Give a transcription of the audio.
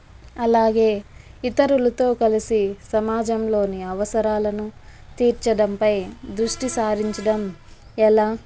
అలాగే ఇతరులతో కలిసి సమాజంలోని అవసరాలను తీర్చడంపై దృష్టి సారించడం ఎలా